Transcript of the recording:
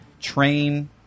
Train